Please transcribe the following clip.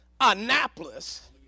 Annapolis